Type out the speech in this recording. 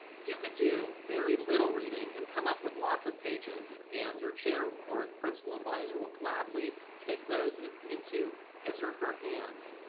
you could do very little reading and come up with lots of pages and your chair or principal advisor will gladly take those and into his or her hands,